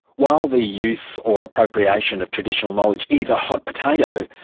while the use or appropriation of traditional knowledge is a hot potato,